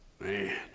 Man